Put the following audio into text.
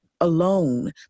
alone